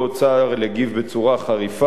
צה"ל הגיב בצורה חריפה.